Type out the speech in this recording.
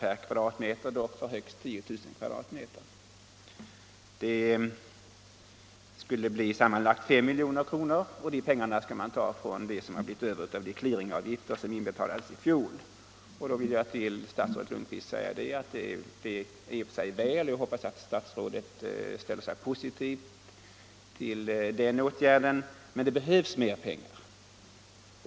per kvadratmeter, dock för högst 10 000 kvadratmeter. Det skulle bli sammanlagt 5 milj.kr., och dessa pengar skall man ta från det som blivit över från clearingavgifter som inbetalades i fjol. Jag vill säga till statsrådet Lundkvist att detta i och för sig är bra. Jag hoppas att statsrådet ställer sig positiv till den åtgärden. Men det behövs mer pengar.